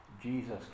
Jesus